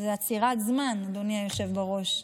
זו עצירת זמן, אדוני היושב בראש.